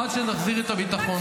עד שנחזיר את הביטחון לתושבים.